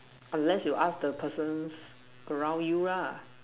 unless you ask the person around you lah